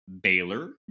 Baylor